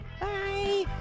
Bye